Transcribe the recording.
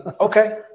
Okay